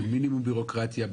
במינימום בירוקרטיה,